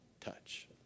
Touch